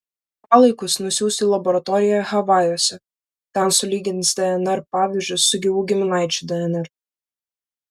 palaikus nusiųs į laboratoriją havajuose ten sulygins dnr pavyzdžius su gyvų giminaičių dnr